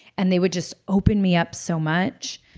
and they would just open me up so much,